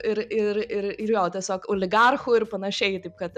ir ir ir ir jo tiesiog oligarchų ir panašiai taip kad